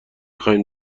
خوایم